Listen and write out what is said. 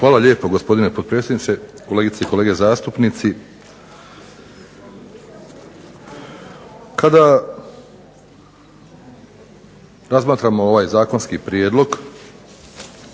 Hvala lijepo gospodine potpredsjedniče. Kolegice i kolegice i kolege zastupnici. Kada razmatamo ovaj zakonski prijedlog